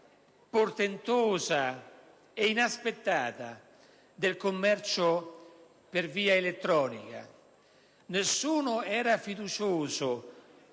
portentosa e inaspettata del commercio per via elettronica: nessuno era fiducioso,